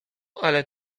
ale